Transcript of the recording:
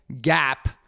gap